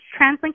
TransLink